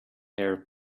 air